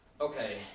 Okay